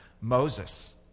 Moses